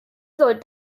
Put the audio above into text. soll